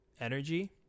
energy